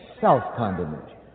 self-condemnation